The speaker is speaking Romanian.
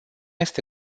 este